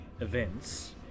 events